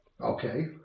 Okay